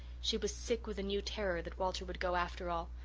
she was sick with a new terror that walter would go after all.